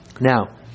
Now